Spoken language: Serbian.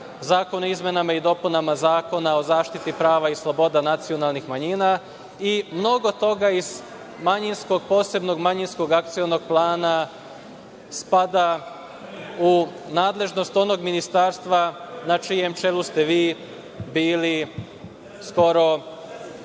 zakon o izmenama i dopunama Zakona o zaštiti prava i sloboda nacionalnih manjina i mnogo toga iz posebnog manjinskog akcionog plana spada u nadležnost onog ministarstva na čijem čelu ste vi bili skoro